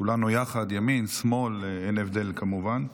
כולנו יחד, ימין, שמאל, אין הבדל, כמובן.